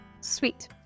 sweet